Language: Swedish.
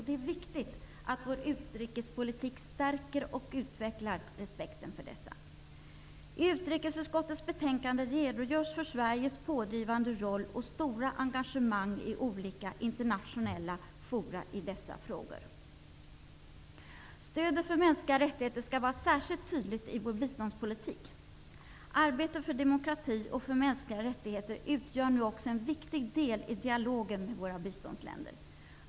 Det är viktigt att vår utrikespolitik stärker och utvecklar respekten för dem. I utrikesutskottets betänkande redogörs för Sveriges pådrivande roll och stora engagemang i olika internationella forum i dessa frågor. Stödet för mänskliga rättigheter skall vara särskilt tydligt i vår biståndspolitik. Arbetet för demokrati och för mänskliga rättigheter utgör nu också en viktig del av dialogen med våra biståndsländer.